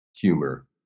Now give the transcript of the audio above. humor